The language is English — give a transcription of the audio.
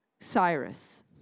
Cyrus